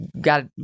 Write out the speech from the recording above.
got